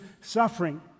suffering